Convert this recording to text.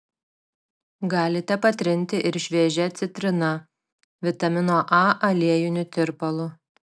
galite patrinti ir šviežia citrina vitamino a aliejiniu tirpalu